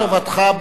מפאת טובתך,